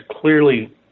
clearly